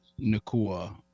Nakua